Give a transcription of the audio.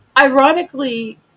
Ironically